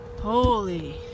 Holy